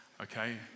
okay